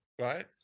right